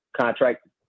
contract